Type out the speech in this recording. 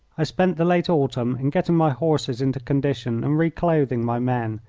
i spent the late autumn in getting my horses into condition and reclothing my men,